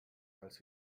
als